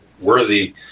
worthy